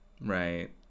right